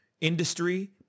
industry